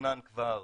תוכנן כבר